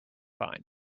fine